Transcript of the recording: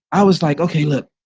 i was like, okay, look,